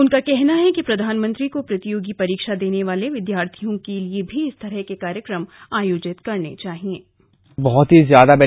उनका कहना है कि प्रधानमंत्री को प्रतियोगी परीक्षा देने वाले विद्यार्थियों के लिये भी इस तरह के कार्यक्रम आयोजित करने चाहिये